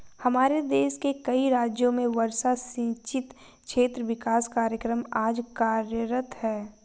हमारे देश के कई राज्यों में वर्षा सिंचित क्षेत्र विकास कार्यक्रम आज कार्यरत है